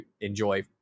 enjoy